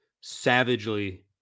savagely